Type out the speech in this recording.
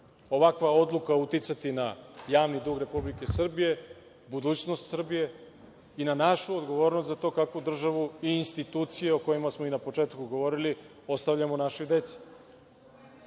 ovakva odluka uticati na javni dug Republike Srbije, budućnost Srbije i na našu odgovornost za to kakvu državu i institucije o kojima smo i na početku govorili ostavljamo našoj